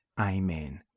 Amen